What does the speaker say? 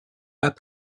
pas